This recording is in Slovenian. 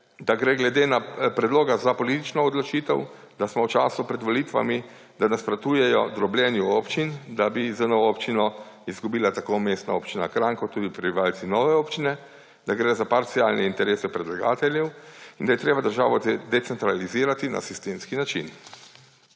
da gre glede predloga za politično odločitev, da smo v času pred volitvami, da nasprotujejo drobljenju občin, da bi z novo občino izgubila tako Mestna občina Kranj kot tudi prebivalci nove občine, da gre za parcialne interese predlagateljev in da je treba državo decentralizirati na sistemski način.